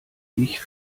ich